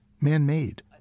man-made